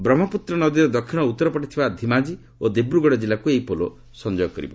ବ୍ରହ୍ମପୁତ୍ର ନଦୀର ଦକ୍ଷିଣ ଓ ଉତ୍ତର ପଟେ ଥିବା ଧିମାଜି ଓ ଦିବ୍ରୁଗଡ଼ ଜିଲ୍ଲାକୁ ଏହି ପୋଲ ସଂଯୋଗ କରିବ